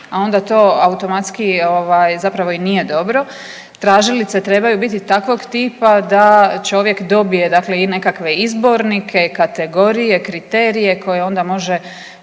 a onda to automatski zapravo i nije dobro. Tražilice trebaju biti takvog tipa da čovjek dobije dakle i nekakve izbornike, kategorije, kriterije koje onda može,